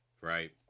right